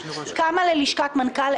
כמה ללשכת מנכ"ל.